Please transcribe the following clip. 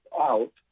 out